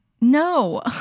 No